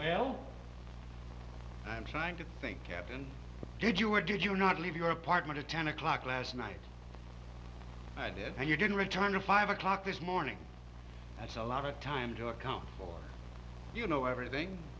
hell i'm trying to think captain did you or did you not leave your apartment at ten o'clock last night i did and you didn't return to five o'clock this morning that's a lot of time to account for you know everything